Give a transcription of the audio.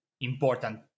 important